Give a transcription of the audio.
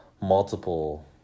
multiple